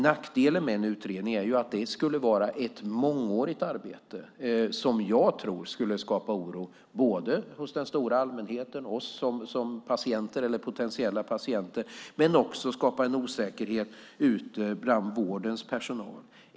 Nackdelen med en utredning är att det skulle vara ett mångårigt arbete som jag tror skulle skapa oro inte bara hos den stora allmänheten och hos oss som potentiella patienter utan även ute bland vårdens personal.